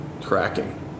tracking